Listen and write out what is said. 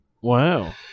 Wow